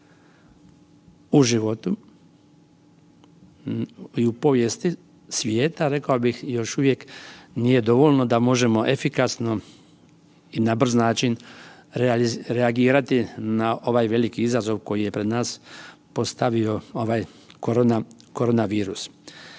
u životu i u povijesti svijeta rekao bih još uvijek nije dovoljno da možemo efikasno i na brz način reagirati na ovaj veliki izazov koji je pred nas postavio ovaj korona virus.